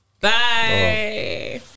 Bye